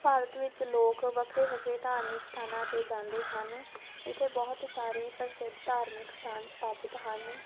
ਭਾਰਤ ਵਿੱਚ ਲੋਕ ਵੱਖਰੇ ਵੱਖਰੇ ਧਾਰਮਿਕ ਸਥਾਨਾਂ 'ਤੇ ਜਾਂਦੇ ਹਨ ਇੱਥੇ ਬਹੁਤ ਸਾਰੇ ਪ੍ਰਸਿੱਧ ਧਾਰਮਿਕ ਸਥਾਨ ਸਥਾਪਿਤ ਹਨ